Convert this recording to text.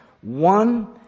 one